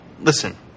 listen